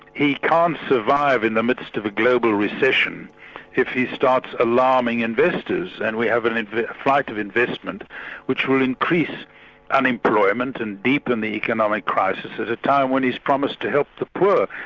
he can't survive in the midst of a global recession if he starts alarming investors and we have a flight of investment which will increase unemployment and deepen the economic crisis at a time when he's promised to help the poor.